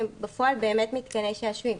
הם בפועל באמת מתקני שעשועים.